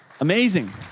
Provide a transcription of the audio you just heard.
Amazing